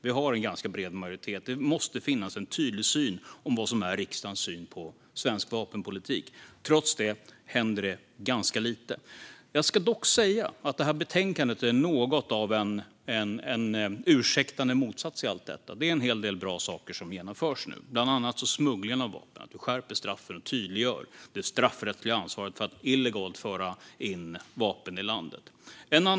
Vi har en ganska bred majoritet, och det måste vara tydligt vad som är riksdagens syn på svensk vapenpolitik. Trots det händer ganska lite. Detta betänkande är dock något av en ursäktande motsats. Det är en hel del bra saker som genomförs nu. Bland annat skärps straffen för smuggling av vapen, och det straffrättsliga ansvaret för att illegalt föra in vapen i landet tydliggörs.